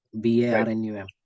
B-A-R-N-U-M